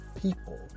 people